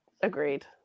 Agreed